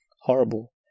horrible